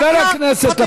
חברי הכנסת.